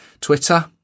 Twitter